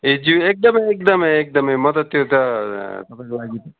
ए ज्यू एकदमै एकदमै एकदमै म त त्यो त तपाईँको लागि त